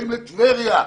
באים לטבריה,